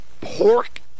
pork